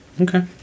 Okay